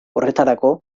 horretarako